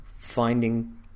finding